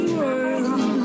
world